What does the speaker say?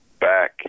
back